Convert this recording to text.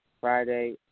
Friday